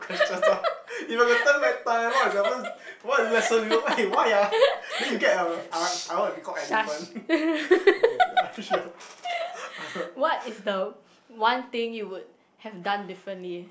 !shh! shush what is the one thing you would have done differently